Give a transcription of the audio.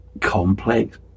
complex